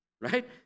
right